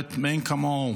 מפוארת מאין כמוה,